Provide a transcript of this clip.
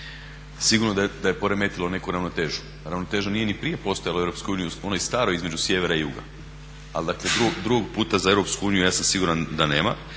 sigurno da je poremetilo neku ravnotežu. Ravnoteža nije ni prije postojala u EU u onoj staroj između sjevera i juga. Ali dakle, drugog puta za EU ja sam siguran da nema.